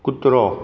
कुत्रो